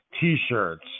t-shirts